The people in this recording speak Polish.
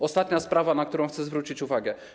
Ostatnia sprawa, na którą chcę zwrócić uwagę.